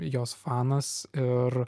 jos fanas ir